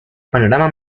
panorama